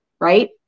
Right